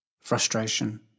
frustration